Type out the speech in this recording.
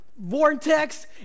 vortex